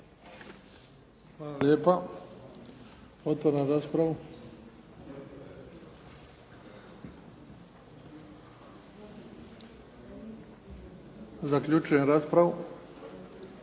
Hvala lijepa. Otvaram raspravu. Zaključujem raspravu.